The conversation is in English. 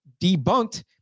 debunked